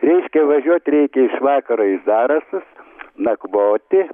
reiškia važiuot reikia iš vakaro į zarasus nakvoti